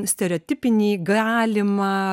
stereotipinį galimą